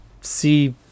see